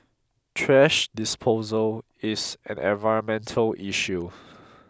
trash disposal is an environmental issue